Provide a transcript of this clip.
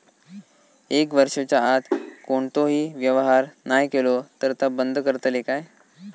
एक वर्षाच्या आत कोणतोही व्यवहार नाय केलो तर ता बंद करतले काय?